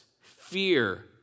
Fear